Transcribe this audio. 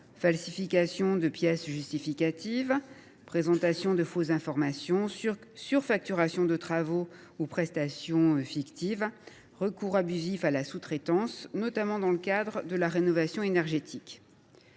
falsification de pièces justificatives, présentation de fausses informations, surfacturation de travaux ou prestations fictives, recours abusif à la sous traitance, notamment dans le cadre de la rénovation énergétique.